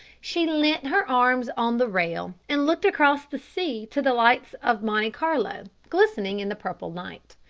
she leant her arms on the rail and looked across the sea to the lights of monte carlo glistening in the purple night.